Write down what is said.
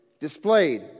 displayed